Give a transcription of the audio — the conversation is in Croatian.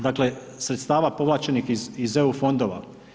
Dakle sredstava povlačenih iz EU fondova.